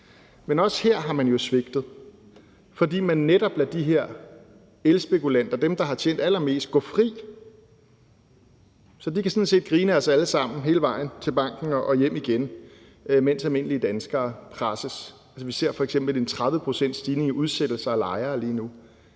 Men også her har man jo svigtet, fordi man netop lader de her elspekulanter, altså dem, der har tjent allermest, gå fri. Så de kan sådan set grine af os alle sammen hele vejen til banken og hjem igen, mens almindelige danskere presses. Altså, vi ser f.eks. en 30-procentsstigning i udsættelse af lejere lige nu.